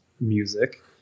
music